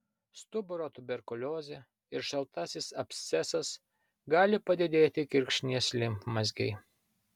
stuburo tuberkuliozė ir šaltasis abscesas gali padidėti kirkšnies limfmazgiai